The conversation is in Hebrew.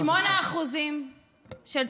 8% של צמיחה,